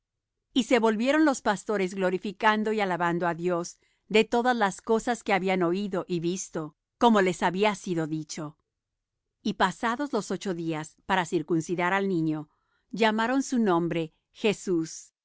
y se volvieron los pastores glorificando y alabando á dios de todas las cosas que habían oído y visto como les había sido dicho y pasados los ocho días para circuncidar al niño llamaron su nombre jesus